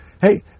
Hey